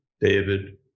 David